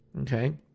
Okay